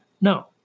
No